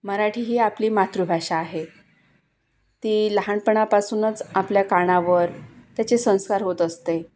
मराठी ही आपली मातृभाषा आहे ती लहानपणापासूनच आपल्या कानावर त्याचे संस्कार होत असते